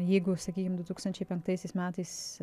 jeigu sakykim du tūkstančiai penktaisiais metais